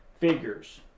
figures